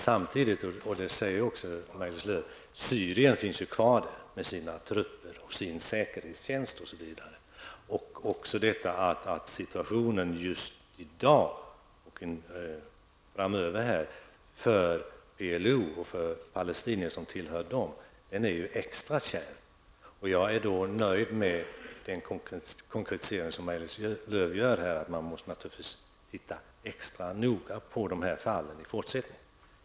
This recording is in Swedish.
Samtidigt finns ju Syrien kvar med sina trupper, sin säkerhetstjänst m.m. Situationen just i dag och framöver för PLO och palestinier tillhörande PLO är ju extra kärv. Jag är nöjd med den konkretisering som Maj-Lis Lööw gjorde, nämligen att man naturligtvis måste se extra noga på fallen i fortsättningen.